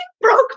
broke